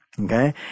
Okay